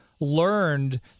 learned